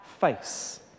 face